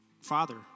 Father